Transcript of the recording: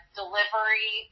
delivery